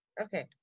okay